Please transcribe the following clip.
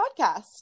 podcast